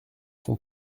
son